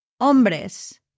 hombres